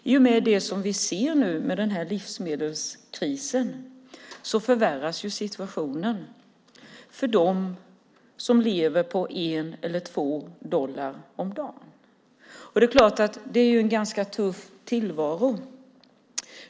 I och med den livsmedelskris som vi ser nu förvärras situationen för dem som lever på en eller två dollar om dagen. Det är klart att det är en ganska tuff tillvaro.